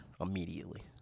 immediately